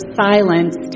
silence